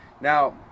Now